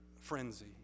frenzy